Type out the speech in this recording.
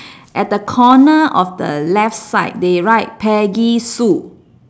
at the corner of the left side they write peggy sue